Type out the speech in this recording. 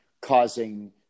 causing